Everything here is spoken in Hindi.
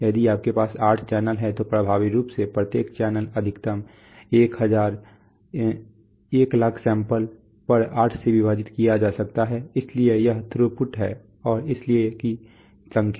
यदि आपके पास आठ चैनल हैं तो प्रभावी रूप से प्रत्येक चैनल अधिकतम 100000 सैंपल पर 8 से विभाजित किया जा सकता है इसलिए यह थ्रूपुट है और इसलिए की संख्या